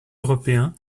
européens